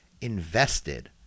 invested